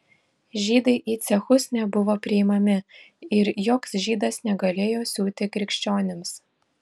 žydai į cechus nebuvo priimami ir joks žydas negalėjo siūti krikščionims